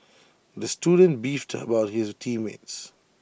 the student beefed about his team mates